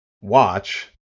watch